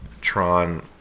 Tron